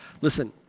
Listen